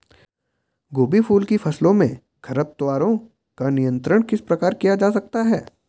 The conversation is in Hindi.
गोभी फूल की फसलों में खरपतवारों का नियंत्रण किस प्रकार किया जा सकता है?